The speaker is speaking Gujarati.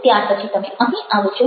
ત્યાર પછી તમે અહીં આવો છો